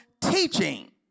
teaching